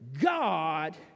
God